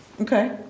Okay